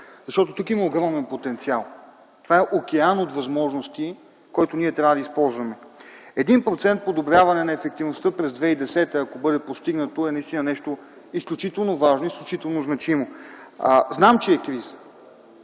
защото тук има огромен потенциал. Това е океан от възможности, който ние трябва да използваме. Един процент подобряване на ефективността през 2010 г., ако бъде постигнато, е нещо изключително важно, изключително значимо. Знам, че е криза,